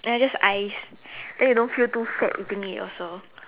and it's just ice then you don't feel too fat eating it also